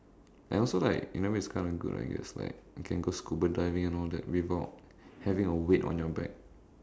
and also like in a way it's kind of good I guess like you can go scuba driving and all that without having a weight on your back